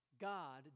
God